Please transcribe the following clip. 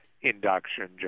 induction